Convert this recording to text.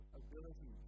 ability